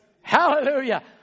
Hallelujah